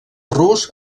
rus